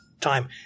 time